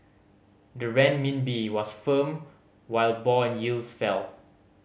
the Renminbi was firm while bond yields fell